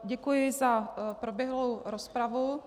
Děkuji za proběhlou rozpravu.